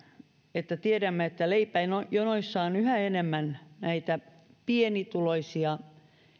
että leipäjonoissa on yhä enemmän pienituloisia